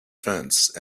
fence